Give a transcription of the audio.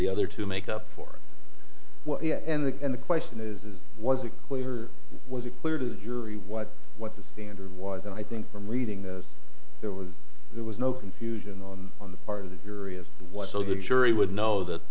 the other to make up for yeah and the question is is was it way or was it clear to the jury what what the standard was and i think from reading this there was there was no confusion on on the part of the jury of what so the jury would know that